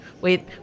wait